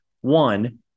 one